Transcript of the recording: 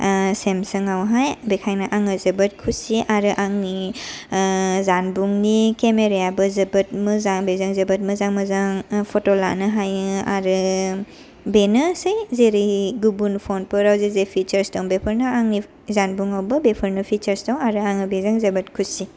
सेमसांआवहाय बेखायनो आंङो जोबोद खुसि आरो आंनि जानबुंनि केमेरायाबो जोबोद मोजां बेजों जोबोद मोजां मोजां फट' लानो हायो आरो बेनोसै जेरै गुबुन फनफोराव जे जे फिचारस दंङ बेफोरनो आंनि जानबुंआवबो बेफोरनो फिचारस दंङ आरो आंङो बेजों जोबोद खुसि